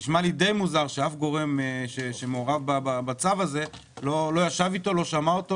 נשמע לי די מוזר שאף גורם שמעורב בצו הזה לא שמע אותו.